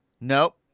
Nope